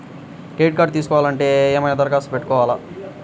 Credit తీసుకోవాలి అంటే ఏమైనా దరఖాస్తు పెట్టుకోవాలా?